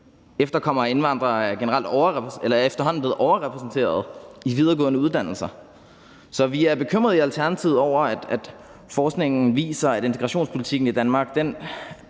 efterkommere af indvandrere er efterhånden overrepræsenteret på de videregående uddannelser. Vi er i Alternativet bekymret over, at forskningen viser, at integrationspolitikken i Danmark